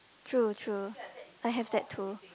true true I have that too